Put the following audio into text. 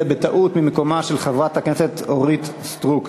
בטעות ממקומה של חברת הכנסת אורית סטרוק.